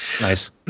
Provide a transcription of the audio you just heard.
Nice